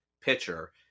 pitcher